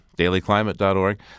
dailyclimate.org